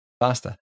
faster